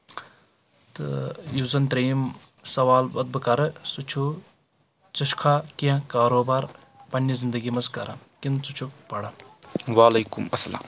تہٕ یُس زَن ترٛیٚیِم سوال پتہٕ بہٕ کَرٕ سُہ چھُ ژٕ چھُکھا کینٛہہ کاروبار پننہِ زندگی منٛز کران کِنہٕ ژٕ چھُکھ پران وعلیکُم اسلام